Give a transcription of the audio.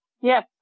Yes